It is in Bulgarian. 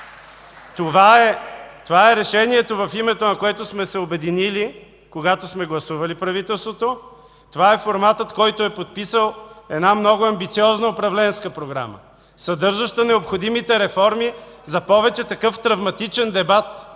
Това е решението, в името на което сме се обединили, когато сме гласували правителството. Това е форматът, който е подписал много амбициозна управленска програма, съдържаща необходимите реформи, за да не ни се налага да